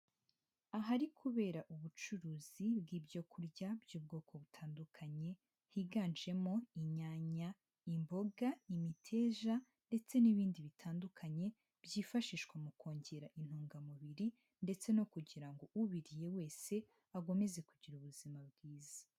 Ahari kubera ubucuruzi bw'ibyo kurya by'ubwoko butandukanye higanjemo inyanya, imboga, imiteja ndetse n'ibindi bitandukanye byifashishwa mu kongera intungamubiri ndetse no kugira ngo ubiriye wese agomeze kugira ubuzima bwiza.